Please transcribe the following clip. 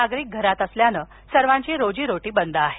नागरिक घरात असल्यानं सर्वांची रोजी रोटी बंद आहे